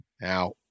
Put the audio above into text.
Now